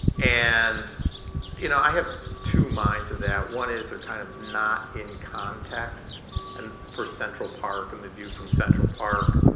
and you know i have two minds to that. one is they're kind of not in context and for central park and the view from central park.